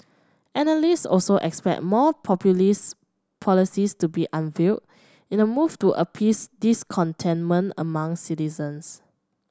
analyst also expect more populist policies to be unveiled in a move to appease discontentment among citizens